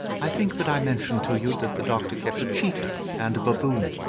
i think that i mentioned to you that the doctor kept a cheetah and a baboon.